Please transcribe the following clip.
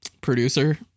producer